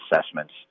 assessments